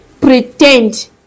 pretend